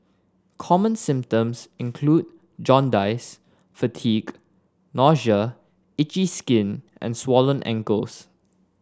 common symptoms include jaundice fatigue nausea itchy skin and swollen ankles